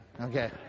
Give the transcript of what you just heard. Okay